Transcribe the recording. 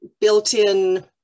built-in